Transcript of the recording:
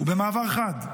ובמעבר חד,